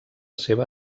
seva